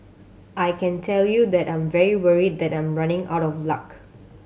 I can tell you that I'm very worried that I'm running out of luck